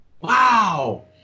Wow